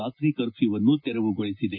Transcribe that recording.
ರಾತ್ರಿ ಕರ್ಫ್ಯೂವನ್ನು ತೆರವುಗೊಳಿಸಿದೆ